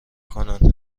کنن